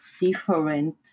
different